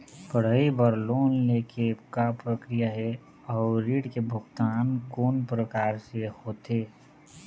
पढ़ई बर लोन ले के का प्रक्रिया हे, अउ ऋण के भुगतान कोन प्रकार से होथे?